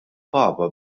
papa